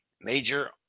major